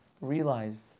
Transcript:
realized